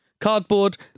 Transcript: Cardboard